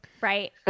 Right